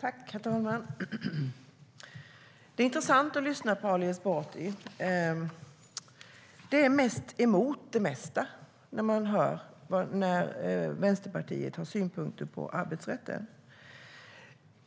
Herr talman! Det är intressant att lyssna på Ali Esbati. Vänsterpartiets synpunkter på arbetsrätten